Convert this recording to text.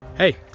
Hey